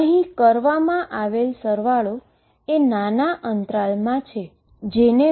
અહીં કરવામા આવેલ સરવાળો એ નાનો અંતરાલમા કરેલ છે